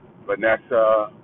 vanessa